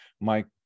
Mike